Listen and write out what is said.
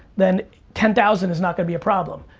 then ten thousand is not gonna be a problem.